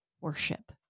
worship